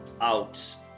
out